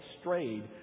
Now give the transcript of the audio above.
strayed